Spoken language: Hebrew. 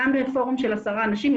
גם בפורום של 10 אנשים,